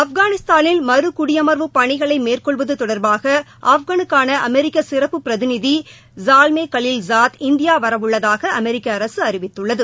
ஆப்கானிஸ்தானில் மறு குடியமா்வு பணிகளை மேற்கொள்வது தொடா்பாக ஆப்கானுக்கான அமெரிக்க சிறப்பு பிரதிநிதி சால்மே கலீல் சாத் இந்தியா வரவுள்ளதாக அமெரிக்க அரசு அறிவித்துள்ளது